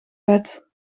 wet